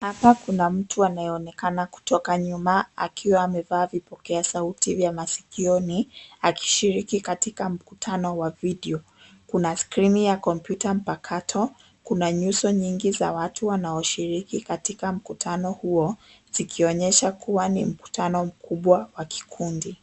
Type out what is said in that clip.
Hapa kuna mtu anayeonekana kutoka nyuma akiwa amevaa vipokea sauti vya masikioni akishiriki katika mkutano wa video . Kuna skrini ya kompyuta mpakato, kuna nyuso nyingi za watu wanaoshiriki katika mkutano huo, zikionyesha kuwa ni mkutano mkubwa wa kikundi.